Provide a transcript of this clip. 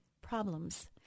problems